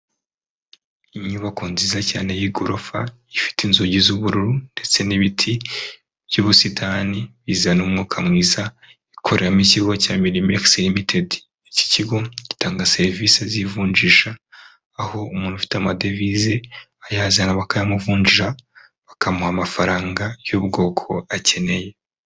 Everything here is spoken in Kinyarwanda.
Inyubako nziza cyane y'igorofa ifite inzugi z'ubururu ndetse n'ibiti by'ubusitani bizana umwuka mwiza ikoreramo ikigo cya Minnimekis ltd iki kigo gitanga serivisi z'ivunjisha aho umuntu ufite amadevize ayazana bakaya muvunjira bakamuha amafaranga y'ubwoko akeneye.